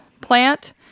plant